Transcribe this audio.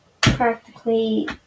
practically